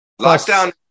Lockdown